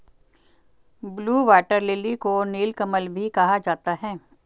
blue water lily को नीलकमल भी कहा जाता है